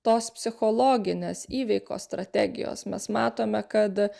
tos psichologinės įveikos strategijos mes matome kad